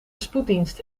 spoeddienst